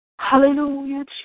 Hallelujah